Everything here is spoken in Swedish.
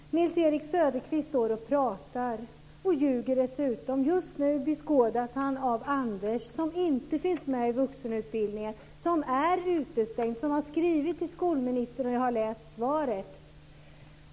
Fru talman! Nils-Erik Söderqvist står här och pratar och ljuger dessutom. Just nu beskådas han av Anders, som inte finns med i vuxenutbildningen, som är utestängd, som har skrivit till skolministern. Jag har läst svaret.